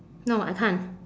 no I can't